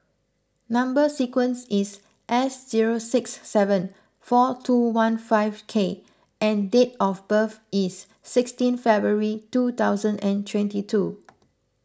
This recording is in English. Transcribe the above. Number Sequence is S zero six seven four two one five K and date of birth is sixteen February two thousand and twenty two